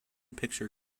picture